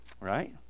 Right